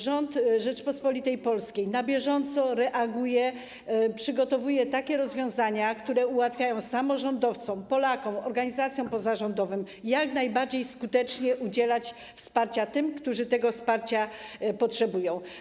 Rząd Rzeczypospolitej Polskiej na bieżąco reaguje, przygotowuje takie rozwiązania, które ułatwiają samorządowcom, Polakom, organizacjom pozarządowym jak najbardziej skuteczne udzielanie wsparcia tym, którzy tego wsparcia potrzebują.